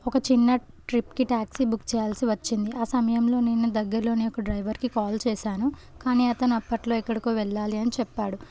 ఒక చిన్న ట్రిప్కి ట్యాక్సీ బుక్ చెయ్యాల్సి వచ్చింది ఆ సమయంలో నేను దగ్గరలోని ఒక డ్రైవర్కి కాల్ చేశాను కానీ అతను అప్పట్లో ఎక్కడికి వెళ్ళాలి అని చెప్పాడు